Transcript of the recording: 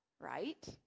right